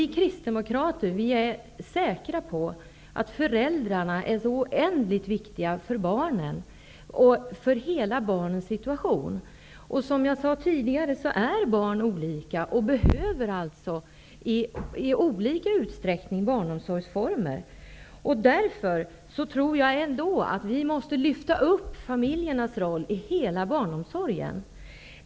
Vi kristdemokrater är säkra på att föräldrarna är oändligt viktiga för barnen och hela barnens situation. Som jag sade tidigare är barn olika och behöver alltså barnomsorgsformer i olika utsträckning. Därför tror jag ändå att vi måste lyfta fram föräldrarnas roll i hela barnomsorgen.